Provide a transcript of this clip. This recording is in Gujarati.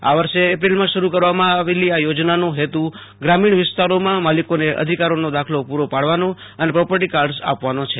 આ વર્ષે એપ્રિલમાં શરૂ કરવામાં આવેલી આ યોજનાનો હેતુ ગ્રામિણ વિસ્તારોમાં માલિકોને અધિકારોનો દાખલો પૂરદ પાડવાનો એને પ્રૌપ્રિટી કાર્ડસ આપવાનો છે